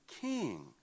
king